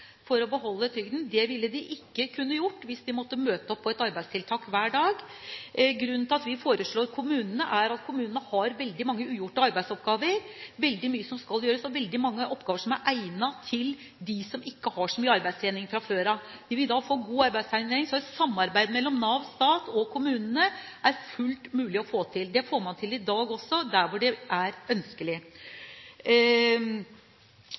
av å beholde trygden. Det ville de ikke kunne gjort hvis de måtte møte opp på et arbeidstiltak hver dag. Grunnen til at vi foreslår kommunene, er at kommunene har veldig mange ugjorte arbeidsoppgaver. Det er veldig mye som skal gjøres, og det er veldig mange oppgaver som er egnet for dem som ikke har så mye arbeidstrening fra før. De vil da få god arbeidstrening, for samarbeid mellom Nav, stat og kommune er fullt mulig å få til. Det får man til i dag også der hvor det er ønskelig.